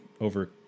over